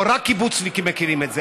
לא, רק קיבוצניקים מכירים את זה.